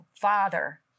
Father